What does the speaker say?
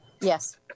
Yes